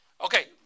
Okay